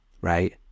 right